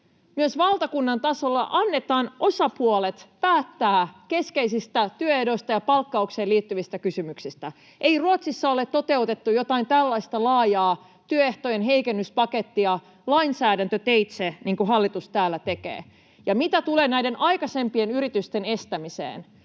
myös valtakunnan tasolla — annetaan osapuolten päättää keskeisistä työehdoista ja palkkaukseen liittyvistä kysymyksistä. Ei Ruotsissa ole toteutettu jotain tällaista laajaa työehtojen heikennyspakettia lainsäädäntöteitse, niin kuin hallitus täällä tekee. Ja mitä tulee näiden aikaisempien yritysten estämiseen,